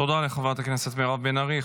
תודה לחברת הכנסת מירב בן ארי.